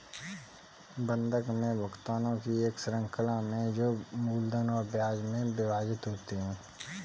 बंधक में भुगतानों की एक श्रृंखला में जो मूलधन और ब्याज में विभाजित होते है